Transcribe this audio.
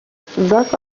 زاک